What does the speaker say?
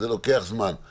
יש שורה אחרונה שאומרת: